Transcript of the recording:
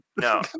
No